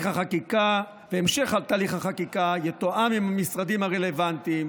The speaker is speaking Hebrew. והמשך תהליך החקיקה יתואם עם המשרדים הרלוונטיים.